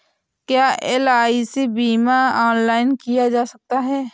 क्या एल.आई.सी बीमा ऑनलाइन किया जा सकता है?